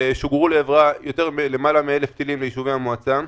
שוגרו לעברה למעלה מ-1,000 טילים ליישובי המועצה.